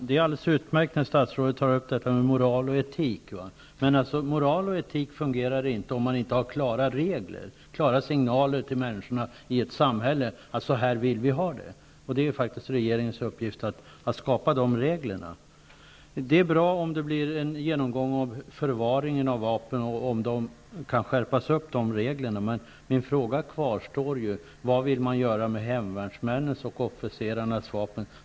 Fru talman! Det är utmärkt att statsrådet tar upp frågan om moral och etik. Moral och etik fungerar emellertid inte om man inte har klara regler och ger klara signaler till människorna i ett samhälle om hur man vill ha det. Det är faktiskt regeringens uppgift att skapa sådana regler. Det är bra om det blir en genomgång av de regler som gäller förvaring av vapen och om de reglerna kan skärpas. Min fråga kvarstår dock: Vad vill man göra med hemvärnsmännens och officerarnas vapen?